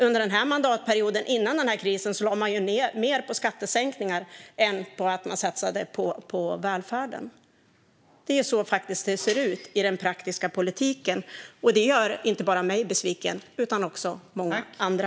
Före krisen lade man ju mer på skattesänkningar än på välfärden. Så ser det ut i den praktiska politiken, och det gör inte bara mig besviken utan många andra.